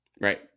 right